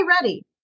Ready